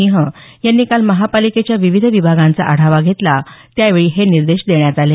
सिंह यांनी काल महापालिकेच्या विविध विभागांचा आढावा घेतला त्यावेळी हे निर्देश देण्यात आले